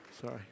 Sorry